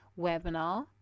webinar